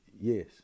Yes